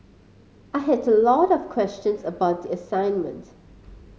I had a lot of questions about the assignment